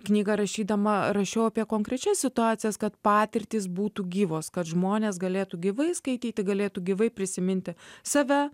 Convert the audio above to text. knygą rašydama rašiau apie konkrečias situacijas kad patirtys būtų gyvos kad žmonės galėtų gyvai skaityti galėtų gyvai prisiminti save